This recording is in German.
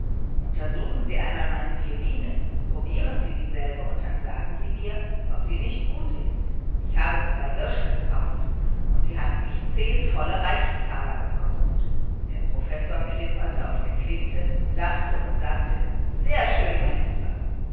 untersuchen sie einmal meine violine probieren sie dieselbe und dann sagen sie mir ob sie nicht gut ist ich hab sie bei hirsch gekauft und sie hat mich volle zehn reichstaler gekostet der professor klimperte auf der quinte lachte und sagte sehr schön mein lieber